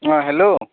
অঁ হেল্ল'